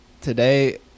today